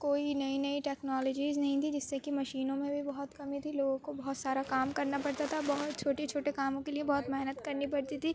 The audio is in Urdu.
کوئی نئی نئی ٹیکنالوجیز نہیں تھیں جس سے کہ مشینوں میں بھی بہت کمی تھی لوگوں کو بہت سارا کام کرنا پڑتا تھا بہت چھوٹے چھوٹے کاموں کے لیے بہت محنت کرنی پڑتی تھی